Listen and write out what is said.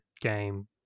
game